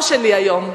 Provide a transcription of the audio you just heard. לכם,